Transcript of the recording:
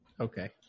Okay